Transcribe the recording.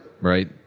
Right